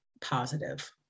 positive